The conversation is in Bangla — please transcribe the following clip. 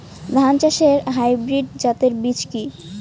ধান চাষের হাইব্রিড জাতের বীজ কি?